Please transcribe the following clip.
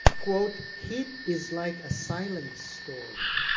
quote, heat is like a silent storm.